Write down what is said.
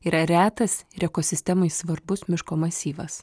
yra retas ir ekosistemai svarbus miško masyvas